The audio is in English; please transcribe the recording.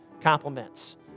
compliments